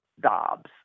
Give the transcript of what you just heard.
Dobbs